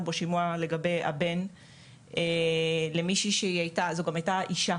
שימוע לגבי הבן של מישהי שהיא גם הייתה אישה,